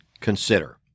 consider